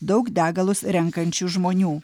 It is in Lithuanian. daug degalus renkančių žmonių